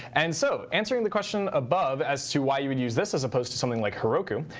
and so answering the question above as to why you would use this as opposed to something like heroku,